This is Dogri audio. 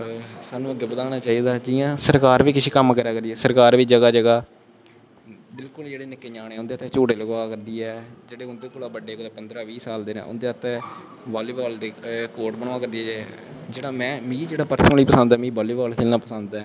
साह्नू अग्गै बदाना चाही दा जियां सरकार बी किश कम्म करा करदी ऐ सरकार बी जगा जगा बिल्कुल जेह्ड़े निक्के ञ्यानें उंदै तांई झूटे लगा करदी ऐ जेह्ड़े उंदै कोला बड्डे पंदरां बीह् साल दे नै उंदै आस्तै बाली बॉल दे कोट बनवा करदी ऐ जेह्ड़ा मेंजेह्ड़ी मिगी पर्सनल पसंद ऐ मिगी बॉली बॉल पसंद ऐ